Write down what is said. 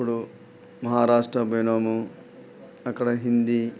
ఇప్పుడు మహారాష్ట పోయాము అక్కడ హిందీ